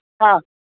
हां